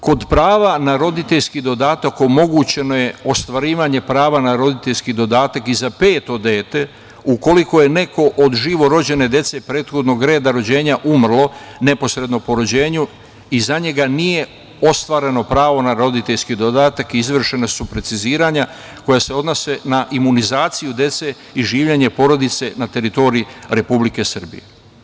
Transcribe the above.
Kod prava na roditeljski dodatak omogućeno je ostvarivanje prava na roditeljski dodatak i za peto dete ukoliko je neko od živorođene dece prethodnog reda rođenja umrlo neposredno po rođenju i za njega nije ostvareno pravo na roditeljski dodatak, izvršena su preciziranja koja se odnose na imunizaciju dece i življenje porodice na teritoriji Republike Srbije.